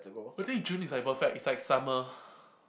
who think June is like a perfect it's like summer